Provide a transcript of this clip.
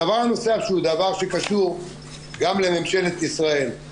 הדבר הנוסף שהוא דבר שקשור גם לממשלת ישראל.